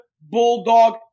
Bulldog